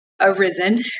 arisen